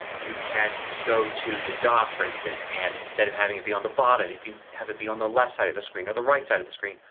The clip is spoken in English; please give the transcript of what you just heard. you can go to the dock, for instance, and instead of having it be on the bottom you can have it be on the left side of the screen or the right side of the screen,